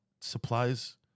supplies